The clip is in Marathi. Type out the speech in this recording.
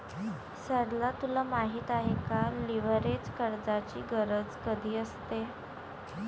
सरला तुला माहित आहे का, लीव्हरेज कर्जाची गरज कधी असते?